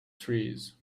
trees